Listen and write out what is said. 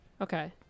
Okay